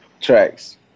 tracks